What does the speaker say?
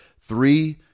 three